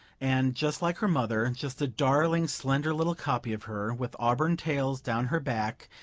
and just like her mother, just a darling slender little copy of her, with auburn tails down her back,